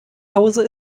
hause